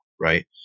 right